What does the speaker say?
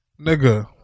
nigga